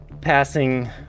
passing